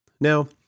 Now